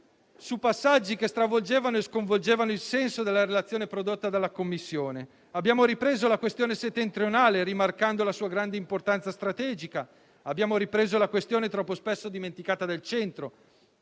su passaggi che stravolgevano e sconvolgevano il senso della relazione prodotta dalle Commissioni. Abbiamo ripreso la questione settentrionale, rimarcando la sua grande importanza strategica; abbiamo ripreso la questione, troppo spesso dimenticata, del Centro,